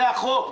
זה החוק.